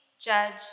Judge